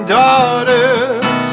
daughters